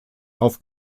auf